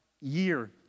year